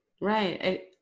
right